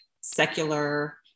secular